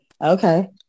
Okay